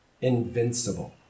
invincible